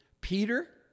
Peter